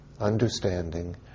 understanding